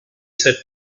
said